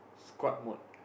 squad mode